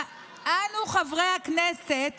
אנו חברי הכנסת